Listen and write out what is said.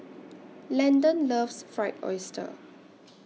Landen loves Fried Oyster